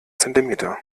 zentimeter